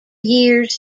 years